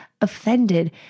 offended